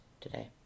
today